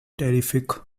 terrific